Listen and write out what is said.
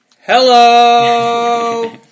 Hello